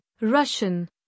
Russian